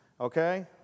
Okay